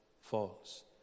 falls